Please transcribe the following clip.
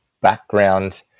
background